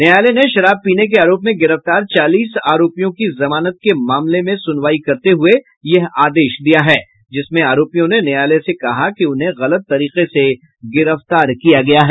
न्यायालय ने शराब पीने के आरोप में गिरफ्तार चालीस आरोपियों की जमानत के मामले पर सुनवाई करते हुये यह आदेश दिया है जिसमें आरोपियों ने न्यायालय से कहा कि उन्हें गलत तरीके से गिरफ्तार किया गया है